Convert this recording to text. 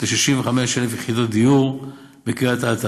ו-65,000 יחידות דיור בקריית אתא.